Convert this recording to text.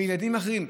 לעומת ילדים אחרים.